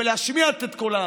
להשמיע את קולו